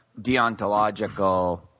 deontological